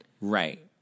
Right